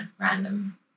random